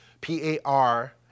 P-A-R